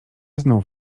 znów